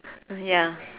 ya